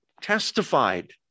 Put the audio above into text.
testified